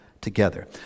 together